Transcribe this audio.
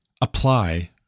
apply